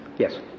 Yes